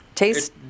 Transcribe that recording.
Taste